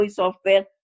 software